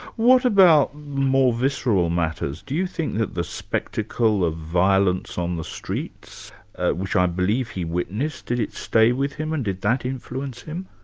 what about more visceral matters? do you think that the spectacle of violence on the streets which i believe he witnessed, did it stay with him and did that influence him?